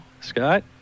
Scott